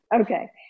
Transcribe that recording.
Okay